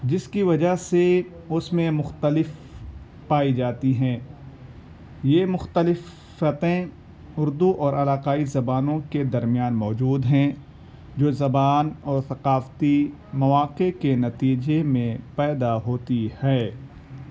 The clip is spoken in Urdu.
جس کی وجہ سے اس میں مختلف پائی جاتی ہیں یہ مختلف صفتیں اردو اور علاقائی زبانوں کے درمیان موجود ہیں جو زبان اور ثقافتی مواقع کے نتیجے میں پیدا ہوتی ہے